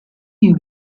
you